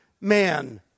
man